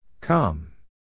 Come